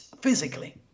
physically